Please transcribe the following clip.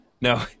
No